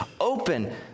open